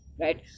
right